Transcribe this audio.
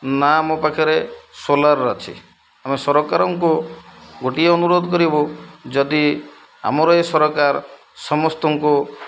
ନା ଆମ ପାଖରେ ସୋଲାର ଅଛି ଆମେ ସରକାରଙ୍କୁ ଗୋଟିଏ ଅନୁରୋଧ କରିବୁ ଯଦି ଆମର ଏ ସରକାର ସମସ୍ତଙ୍କୁ